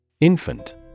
Infant